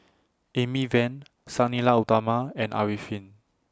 Amy Van Sang Nila Utama and Arifin